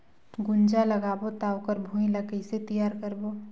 गुनजा लगाबो ता ओकर भुईं ला कइसे तियार करबो?